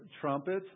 Trumpets